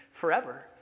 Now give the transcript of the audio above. forever